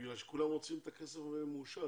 בגלל שכולם רוצים את הכסף מאושר,